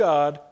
God